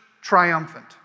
triumphant